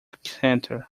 center